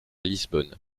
lisbonne